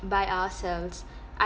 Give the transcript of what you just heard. by ourselves I